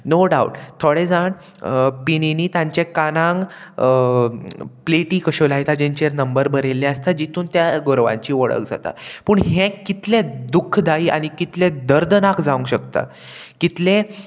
no डावट थोडे जाण पिनिंनी तांचे कानांक प्लेटी कश्यो लायता जेंचेर नंबर बरयल्ले आसता जितून त्या गोरवांची वळख जाता पूण हें कितलें दुखदायी आनी कितलें दर्दनाक जावंक शकता कितले